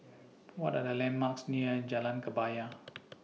What Are The landmarks near Jalan Kebaya